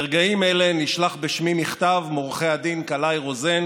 ברגעים אלה נשלח בשמי מכתב מעורכי הדין קלעי-רוזן